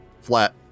flat